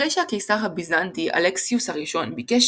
אחרי שהקיסר הביזנטי אלכסיוס הראשון ביקש